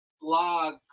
blog